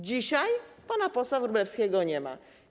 Dzisiaj pana posła Wróblewskiego nie ma.